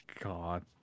god